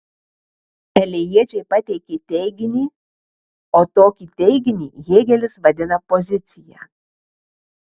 elėjiečiai pateikė teiginį o tokį teiginį hėgelis vadina pozicija